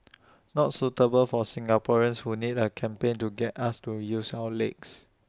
not suitable for Singaporeans who need A campaign to get us to use our legs